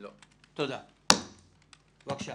בבקשה.